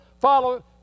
Follow